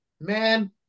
man